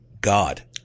God